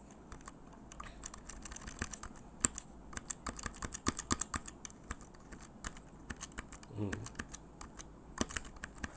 mm